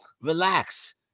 relax